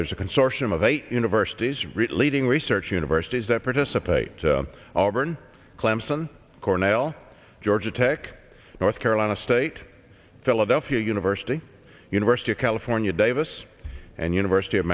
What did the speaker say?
there's a consortium of eight universities really leading research universities that participate all been clemson cornell georgia tech north carolina state philadelphia university university of california davis and university of